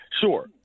sure